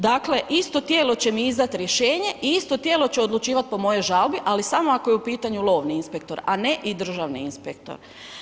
Dakle, isto tijelo će mi izdati rješenje i isto tijelo će odlučivati po mojoj žalbi ali samo ako je u pitanju lovni inspektor a ne i državni inspektor.